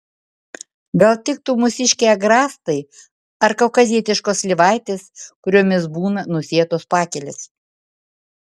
gal tiktų mūsiškiai agrastai ar kaukazietiškos slyvaitės kuriomis būna nusėtos pakelės